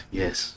yes